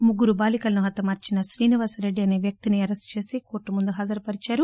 ముగ్గురు బాలికలను హతమార్చిన శ్రీనివాసరెడ్డి అనే వ్యక్తిని అరెస్టు చేసి కోర్టుముందు హాజరుపరిచారు